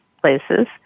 places